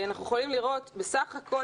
בסך הכול,